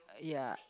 ya